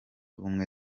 ubumwe